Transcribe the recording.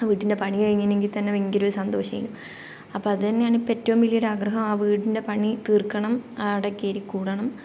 വീടിൻ്റെ പണി കഴിഞ്ഞെങ്കിൽത്തന്നെ ഭയങ്കര ഒര് സന്തോഷമായിരുന്നു അപ്പോൾ അത് തന്നെയാണ് ഇപ്പോൾ ഏറ്റവും വലിയ ഒരാഗ്രഹം ആ വീടിൻ്റെ പണി തീർക്കണം അവിടെ കയറിക്കൂടണം